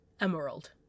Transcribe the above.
Emerald